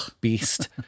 Beast